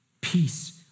Peace